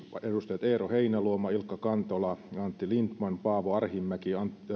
edustajat eero heinäluoma ilkka kantola antti lindtman paavo arhinmäki